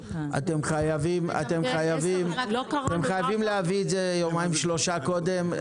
אתם חייבים להביא את זה יומיים-שלושה קודם.